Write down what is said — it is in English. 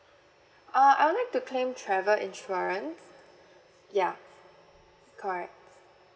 uh I would like to claim travel insurance ya correct